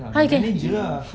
manager ah